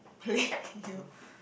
play your